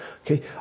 Okay